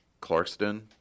Clarkston